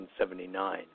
1979